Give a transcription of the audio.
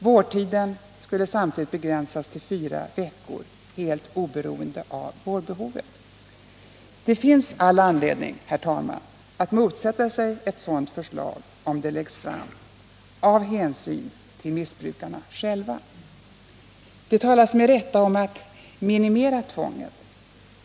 Samtidigt föreslås att vårdtiden begränsas till högst fyra veckor, helt oberoende av vårdbehovet. Det finns all anledning, herr talman, att motsätta sig ett sådant förslag, om det läggs fram — av hänsyn till missbrukarna själva. Det talas med rätta om att minimera tvånget.